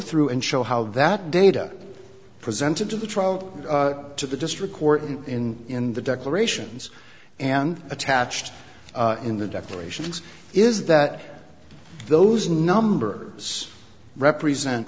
through and show how that data presented to the trial to the district court and in in the declarations and attached in the declarations is that those numbers represent